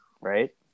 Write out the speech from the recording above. Right